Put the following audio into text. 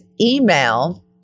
email